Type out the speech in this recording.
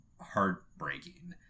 heartbreaking